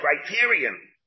criterion